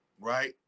right